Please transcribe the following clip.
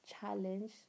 challenge